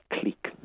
clique